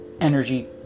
energy